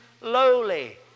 lowly